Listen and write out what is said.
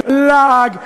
לעג,